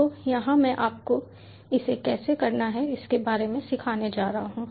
तो यहाँ मैं आपको इसे कैसे करना है इसके बारे में सिखाने जा रहा हूँ